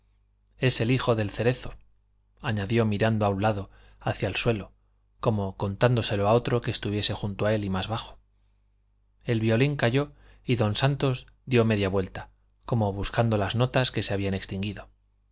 es el hijo del cerero añadió mirando a un lado hacia el suelo como contándoselo a otro que estuviese junto a él y más bajo el violín calló y don santos dio media vuelta como buscando las notas que se habían extinguido